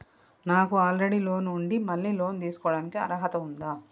నాకు already loan ఉండి మళ్ళీ లోన్ తీసుకోవడానికి అర్హత ఉందా?